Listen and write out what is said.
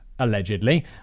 allegedly